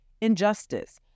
injustice